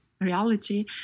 reality